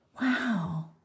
wow